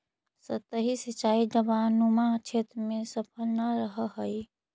सतही सिंचाई ढवाऊनुमा क्षेत्र में सफल न रहऽ हइ